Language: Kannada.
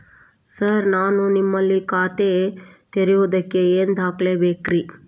ಸರ್ ನಾನು ನಿಮ್ಮಲ್ಲಿ ಖಾತೆ ತೆರೆಯುವುದಕ್ಕೆ ಏನ್ ದಾಖಲೆ ಬೇಕ್ರಿ?